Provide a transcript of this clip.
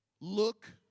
Look